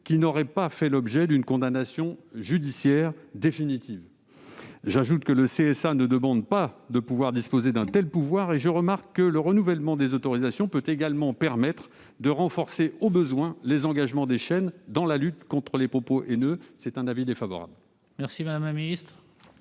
qui n'auraient pas fait l'objet d'une condamnation judiciaire définitive. J'ajoute que le CSA ne demande pas de disposer d'un tel pouvoir ; je remarque en outre que le renouvellement des autorisations peut également permettre de renforcer, au besoin, les engagements des chaînes dans la lutte contre les propos haineux. La commission a donc émis un avis